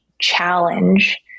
challenge